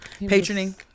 patroning